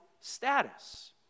status